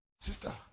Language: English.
Sister